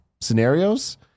scenarios